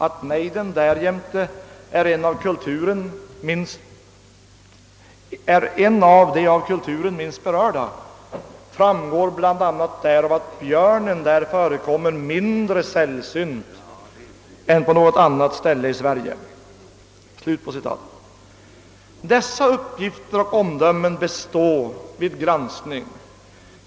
Att nejden därjämte är en af de af kulturen minst berörda framgår bl.a. däraf, att björnen där förekommer mindre sällsynt än på något annat ställe i Sverige.» Dessa uppgifter och omdömen består vid en granskning.